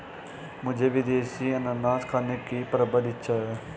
मुझे विदेशी अनन्नास खाने की प्रबल इच्छा है